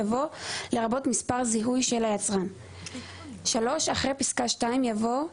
יבוא "לרבות מספר זיהוי של היצרן"; אחרי פסקה (2) יבוא: